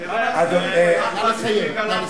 נא לסיים.